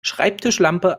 schreibtischlampe